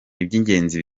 iby’ingenzi